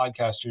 podcasters